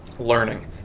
Learning